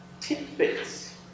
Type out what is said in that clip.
tidbits